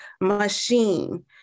machine